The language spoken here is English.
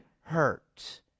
hurt